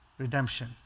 Redemption